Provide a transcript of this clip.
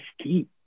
ski